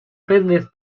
business